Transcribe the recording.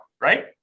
right